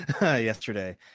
yesterday